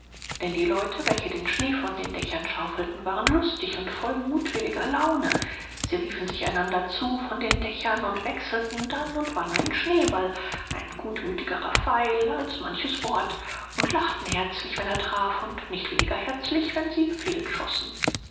denn die leute welche den schnee von den dächern schaufelten waren lustig und voll mutwilliger laune sie riefen sich einander zu von den dächern und wechselten dann und wann einen schneeball ein gutmütigerer pfeil als manches wort und lachten herzlich wenn er traf und nicht weniger herzlich wenn sie